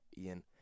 Ian